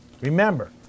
remember